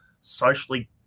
socially